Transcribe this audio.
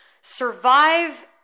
survive